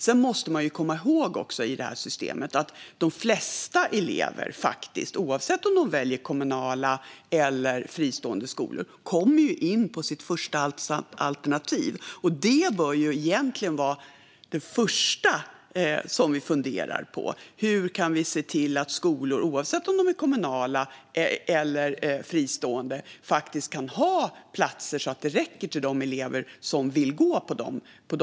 Sedan måste man också komma ihåg att de flesta elever, oavsett om de väljer kommunala eller fristående skolor, kommer in på sitt förstahandsalternativ i det här systemet. Detta bör egentligen vara det första vi funderar på: Hur kan vi se till att skolor, oavsett om de är kommunala eller fristående, kan ha platser så att det räcker till de elever som vill gå på dessa skolor?